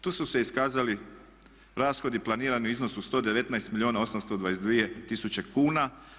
Tu su se iskazali rashodi planirani u iznosu od 119 milijuna 822 tisuće kuna.